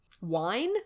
wine